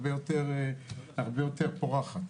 הרבה יותר פורחת.